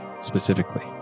specifically